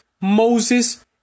Moses